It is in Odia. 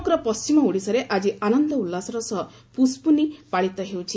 ସମଗ୍ର ପଣ୍କିମ ଓଡିଶାରେ ଆକି ଆନନ୍ଦ ଉଲ୍ଲାସ ସହ ପୁଷ୍ ପୁନୀ ପାଳିତ ହେଉଛି